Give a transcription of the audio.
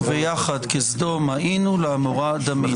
וביחד "כסדום היינו ולעמורה דמינו".